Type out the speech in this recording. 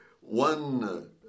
one